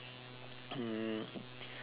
um